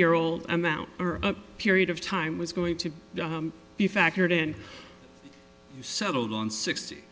year old amount or a period of time was going to be factored in settled on sixty